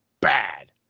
bad